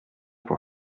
pour